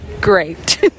Great